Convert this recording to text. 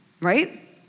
Right